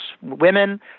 women